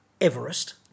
Everest